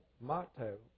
motto